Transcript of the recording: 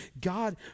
God